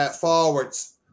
forwards